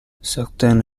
certains